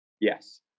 Yes